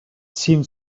seemed